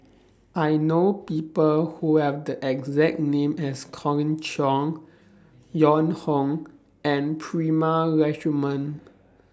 I know People Who Have The exact name as Colin Cheong Joan Hon and Prema Letchumanan